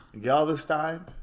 Galveston